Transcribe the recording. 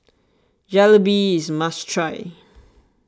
Jalebi is a must try